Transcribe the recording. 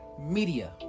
media